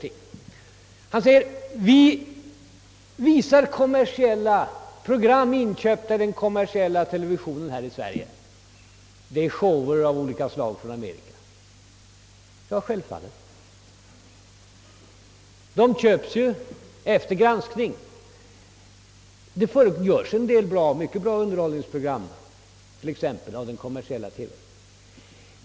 Herr Carlshamre erinrade om att vi i Sverige visar program inköpta från den kommersiella televisionen, främst shower av olika slag från USA. Ja, självfallet — de köps ju efter granskning. Det görs en del mycket goda underhållningsprogram även av den kommersiella TV:n.